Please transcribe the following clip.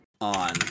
on